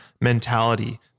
mentality